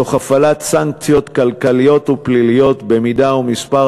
תוך הפעלת סנקציות כלכליות ופליליות אם מספר